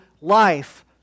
life